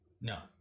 No